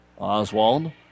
Oswald